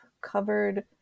covered